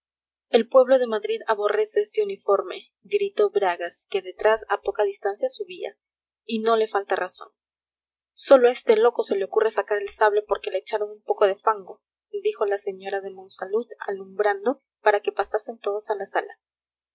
el pueblo de madrid aborrece este uniforme gritó bragas que detrás a poca distancia subía y no le falta razón sólo a este loco se le ocurre sacar el sable porque le echaron un poco de fango dijo la señora de monsalud alumbrando para que pasasen todos a la sala